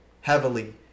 heavily